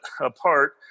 apart